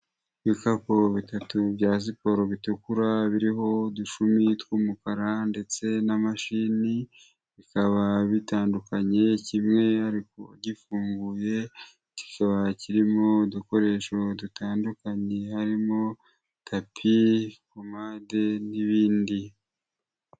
Ibikapu bitatu bya siporo bitukura biriho udushumi tw'umukara ndetse n'amashini, bikaba bitandukanye kimwe ariko gifunguye, kikaba kirimo udukoresho dutandukanye harimo tapi, pomade n'ibindi.